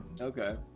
Okay